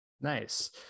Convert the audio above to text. nice